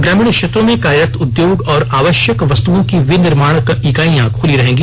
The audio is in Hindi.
ग्रामीण क्षेत्रों में कार्यरत उद्योग और आवश्यक वस्तुओं की विनिर्माण इकाईयां खुली रहेंगी